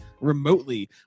remotely